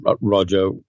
Roger